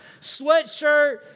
sweatshirt